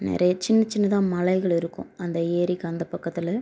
நிறைய சின்ன சின்னதாக மலைகள் இருக்கும் அந்த ஏரிக்கு அந்த பக்கத்தில்